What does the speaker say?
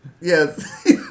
Yes